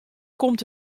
komt